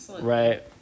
right